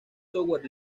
software